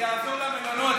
זה יעזור למלונות,